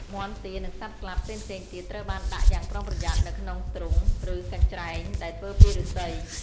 មាន់ ទា និងសត្វស្លាបផ្សេងៗទៀត ត្រូវបានដាក់យ៉ាងប្រុងប្រយ័ត្ននៅក្នុងទ្រុង ឬកញ្ច្រែង ដែលធ្វើពីឫស្សី។